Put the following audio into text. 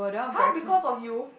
!huh! because of you